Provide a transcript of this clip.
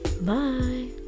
Bye